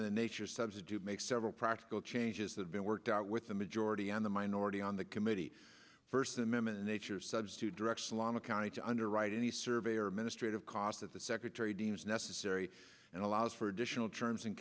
of the nature substitute make several practical changes that have been worked out with the majority and the minority on the committee first amendment nature substitute directional on a county to underwrite any survey or administrative cost of the secretary deems necessary and allows for additional terms